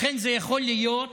לכן, זה יכול להיות